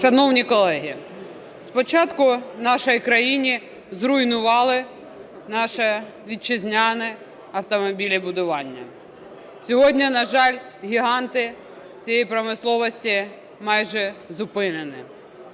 Шановні колеги, спочатку в нашій країні зруйнували наше вітчизняне автомобілебудування. Сьогодні, на жаль, гіганти цієї промисловості майже зупинені.